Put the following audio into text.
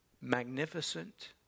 Magnificent